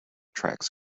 tracks